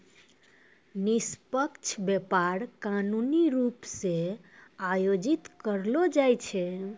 निष्पक्ष व्यापार कानूनी रूप से आयोजित करलो जाय छै